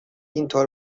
اینطور